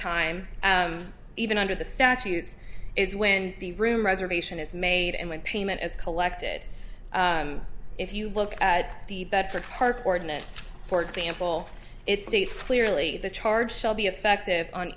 time even under the statutes is when the room reservation is made and when payment is collected if you look at the bedford harp ordinance for example it states clearly the charge shall be effective on